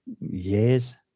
years